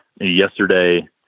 Yesterday